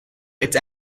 its